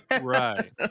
right